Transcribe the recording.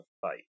fight